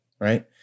right